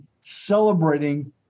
celebrating